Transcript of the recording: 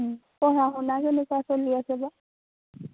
পঢ়া শুনা কেনেকুৱা চলি আছে বা